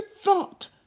thought